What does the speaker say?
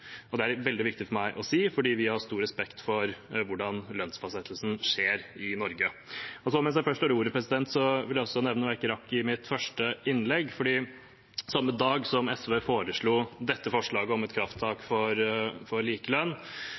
Det er det veldig viktig for meg å si, fordi vi har stor respekt for hvordan lønnsfastsettelsen skjer i Norge. Mens jeg først har ordet, vil jeg også nevne noe jeg ikke rakk i mitt første innlegg. Samme dag som SV fremmet dette forslaget om et krafttak for